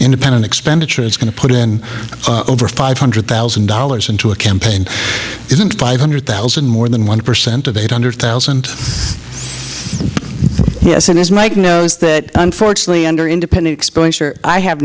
independent expenditure it's going to put in over five hundred thousand dollars into a campaign isn't five hundred thousand more than one percent of eight hundred thousand yes and as mike knows that unfortunately under independent exposure i have